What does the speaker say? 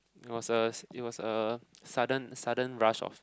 it was a it was a sudden sudden rush of